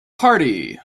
party